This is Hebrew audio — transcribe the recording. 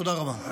תודה רבה.